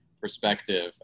perspective